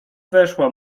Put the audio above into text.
weszła